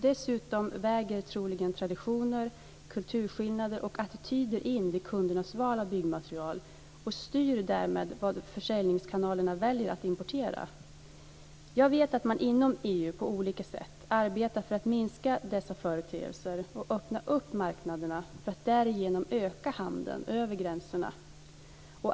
Dessutom väger troligen traditioner, kulturskillnader och attityder in vid kundernas val av byggmaterial och styr därmed vad försäljningskanalerna väljer att importera. Jag vet att man inom EU på olika sätt arbetar för att minska dessa företeelser och öppna upp marknaderna för att därigenom öka handeln över gränserna.